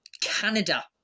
Canada